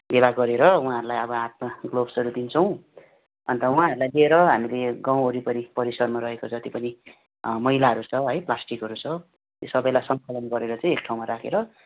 भेला गरेर उहाँहरूलाई अब हातमा ग्लोभ्सहरू दिन्छौँ अन्त उहाँहरूलाई दिएर हामीले गाउँ वरिपरि परिसरमा रहेको जति पनि मैलाहरू छ है प्लास्टिकहरू छ ती सबैलाई सङ्कलन गरेर चाहिँ एक ठाउँमा राखेर